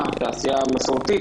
התעשייה: התעשייה המסורתית,